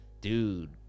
Dude